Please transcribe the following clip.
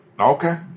Okay